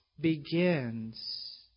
begins